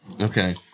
Okay